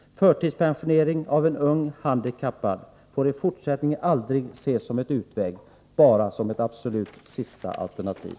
Förtidspensionering av en ung handikappad får i fortsättningen aldrig ses som en utväg — bara som ett absolut sista alternativ.